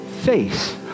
face